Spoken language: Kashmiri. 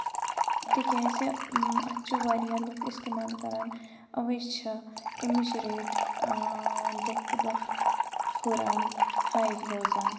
تِکیازِ اَتھ چھُ واریاہ لُکھ اِستعمال کران اَوے چھِ اَمِچ ریٹ دۄہ کھۄتہٕ دۄہ ہُران ہاے روزان